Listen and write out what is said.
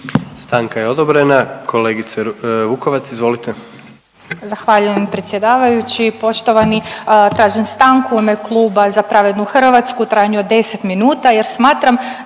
Stanka je odobrena. Kolegice Vukovac izvolite. **Vukovac, Ružica (Nezavisni)** Zahvaljujem predsjedavajući, poštovani tražim stanku u ime Kluba Za pravednu Hrvatsku u trajanju od 10 minuta jer smatram